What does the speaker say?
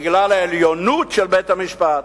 בגלל העליונות של בית-המשפט.